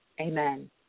Amen